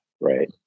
right